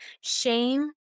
Shame